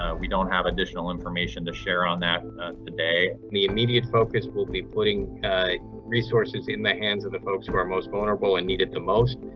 um we don't have additional information to share on that today. the immediate focus will be putting resources in the hands of the folks who are most vulnerable and need it the most.